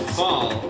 fall